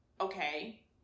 okay